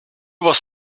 was